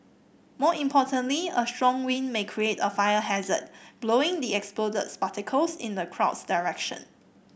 more importantly a strong wind may create a fire hazard blowing the exploded in the crowd's direction